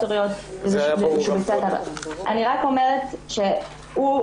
הוריות --- זה היה ברור --- אני אומרת שהוא,